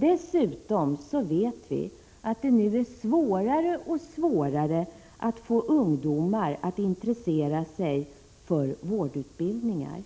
Dessutom vet vi att det nu blir svårare och svårare att intressera ungdomar för vårdutbildningar.